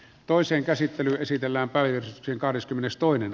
asian käsittely keskeytetään